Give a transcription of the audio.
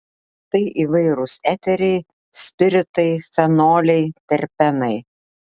tai įvairūs eteriai spiritai fenoliai terpenai